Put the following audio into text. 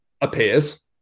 appears